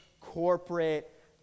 corporate